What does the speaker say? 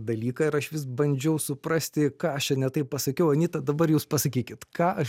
dalyką ir aš vis bandžiau suprasti ką aš čia ne taip pasakiau anita dabar jūs pasakykit ką aš